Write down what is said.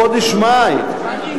בחודש מאי, בחודש מאי.